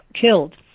killed